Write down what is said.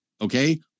Okay